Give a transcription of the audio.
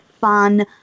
fun